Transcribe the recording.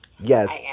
Yes